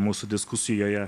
mūsų diskusijoje